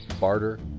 barter